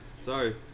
Sorry